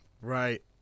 Right